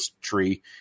Tree